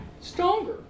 stronger